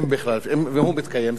אם בכלל ואם הוא מתקיים,